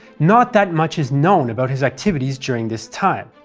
not that much is known about his activities during this time.